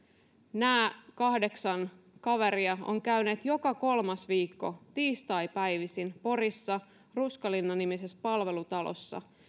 nämä kahdeksan kaveria ovat käyneet joka kolmas viikko tiistaipäivisin porissa ruskalinna nimisessä palvelutalossa